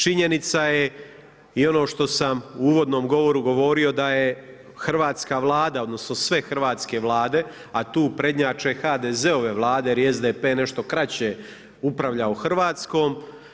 Činjenica je i ono što sam u uvodnom govoru govorio da je hrvatska Vlada, odnosno sve hrvatske Vlade, a tu prednjače HDZ-ove Vlade, jer je SDP nešto kraće upravljao Hrvatskom.